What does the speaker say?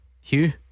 Hugh